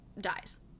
dies